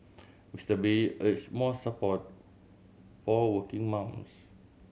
Mister Bay urged more support for working mums